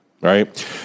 right